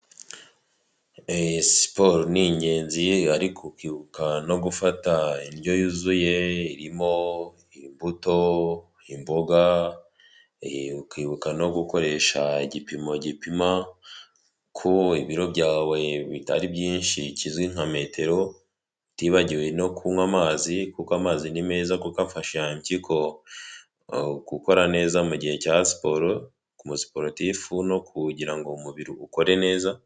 Siporo ni ingenzi ye ariko ukibuka no gufata indyo yuzuye irimo imbuto, imboga ukibuka no gukoresha igipimo gipima ko ibiro byawe bitari byinshi kizwi nka metero, utibagiwe no kunywa amazi kuko amazi ni meza kuko afasha impyiko gukora neza mu gihe cya siporo ku mu siporutifu no kuwugira ngo umubiri ukore neza.